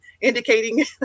indicating